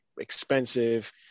expensive